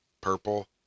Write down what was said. purple